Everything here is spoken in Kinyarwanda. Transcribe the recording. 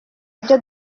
ibyo